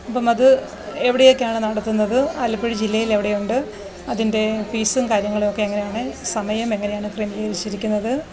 അപ്പം അത് എവിടെയൊക്കെയാണ് നടത്തുന്നത് ആലപ്പുഴ ജില്ലയിലെവിടെയുണ്ട് അതിന്റെ ഫീസും കാര്യങ്ങളുമൊക്കെ എങ്ങനെയാണ് സമയം എങ്ങനെയാണ് ക്രമീകരിച്ചിരിക്കുന്നത്